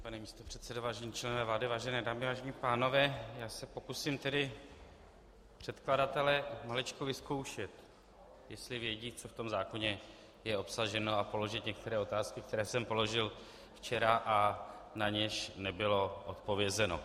Vážený pane místopředsedo, vážení členové vlády, vážené dámy, vážení pánové, já se pokusím tedy předkladatele maličko vyzkoušet, jestli vědí, co je v zákoně obsaženo, a položit některé otázky, které jsem položil včera a na něž nebylo odpovězeno.